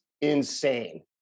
insane